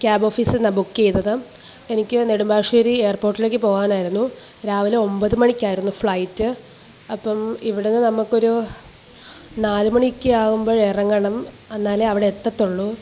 ക്യാബോഫീസിൽ നിന്നാണ് ബുക്ക് ചെയ്തത് എനിക്ക് നെടുമ്പാശ്ശേരി എയർപോർട്ടിലേക്കു പോകാനായിരുന്നു രാവിലെ ഒൻപത് മണിയ്ക്കായിരുന്നു ഫ്ലൈറ്റ് അപ്പം ഇവിടെ നിന്നു നമുക്കൊരു നാലുമണിയൊക്കെയാകുമ്പോൾ ഇറങ്ങണം അന്നാലെ അവിടെയെത്തത്തുള്ളു